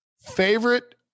Favorite